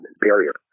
barrier